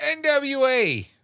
NWA